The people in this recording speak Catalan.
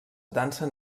dansen